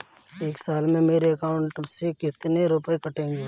एक साल में मेरे अकाउंट से कितने रुपये कटेंगे बताएँ?